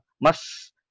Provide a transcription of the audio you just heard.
mas